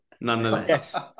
nonetheless